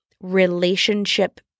relationship